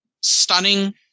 stunning